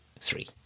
three